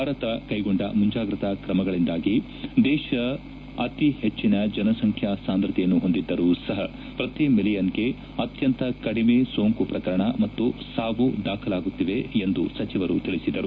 ಭಾರತದ ಕೈಗೊಂಡ ಮುಂಜಾಗೃತಾ ಕ್ರಮಗಳಿಂದಾಗಿ ದೇಶ ಅತಿ ಹೆಚ್ಚಿನ ಜನಸಂಖ್ಯಾ ಸಾಂದ್ರತೆಯನ್ನು ಹೊಂದಿದ್ದರೂ ಸಪ ಪ್ರತಿ ಮಿಲಿಯನ್ಗೆ ಅತ್ಕಂತ ಕಡಿಮೆ ಸೋಂಕು ಪ್ರಕರಣ ಮತ್ತು ಸಾವು ದಾಖಲಾಗುತ್ತಿವೆ ಎಂದು ಸಚಿವರು ತಿಳಿಸಿದರು